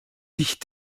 sich